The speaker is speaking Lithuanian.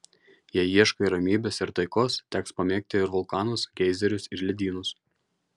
jei ieškai ramybės ir taikos teks pamėgti ir vulkanus geizerius ir ledynus